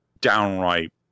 downright